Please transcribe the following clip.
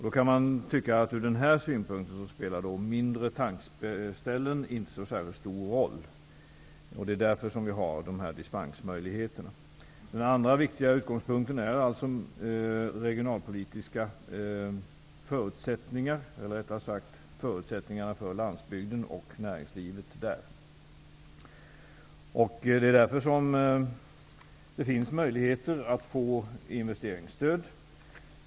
Man kan tycka att från den synpunkten spelar mindre tankställen inte särskilt stor roll. Det är därför vi har dessa dispensmöjligheter. Den andra utgångspunkten är regionalpolitiska förutsättningar för landsbygden och näringslivet där. Det är därför som det finns möjligheter att få investeringsstöd.